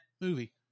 movie